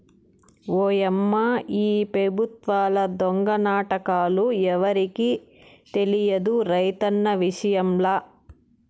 ఓయమ్మా ఈ పెబుత్వాల దొంగ నాటకాలు ఎవరికి తెలియదు రైతన్న విషయంల